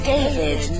David